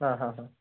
ആ ഹാ ഹാ